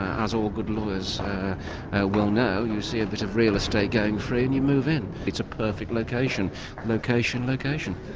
as all good lawyers ah well know, you see a bit of real estate going free and you move in. it's a perfect location location, location.